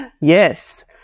yes